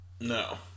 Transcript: No